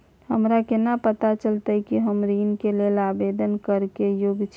हमरा केना पता चलतई कि हम ऋण के लेल आवेदन करय के योग्य छियै?